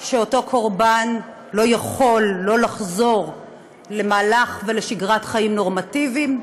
שאותו קורבן לא יכול לחזור למהלך ולשגרת חיים נורמטיביים,